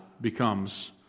becomes